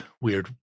weird